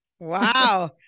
Wow